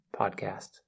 Podcast